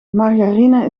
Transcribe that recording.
margarine